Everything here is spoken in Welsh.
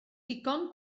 digon